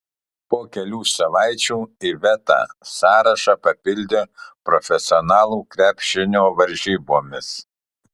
po kelių savaičių iveta sąrašą papildė profesionalų krepšinio varžybomis